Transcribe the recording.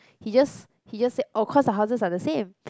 he just he just say oh cause the houses are the same